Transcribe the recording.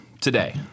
today